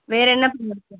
வேறு என்ன பழம் இருக்குது